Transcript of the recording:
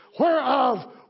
Whereof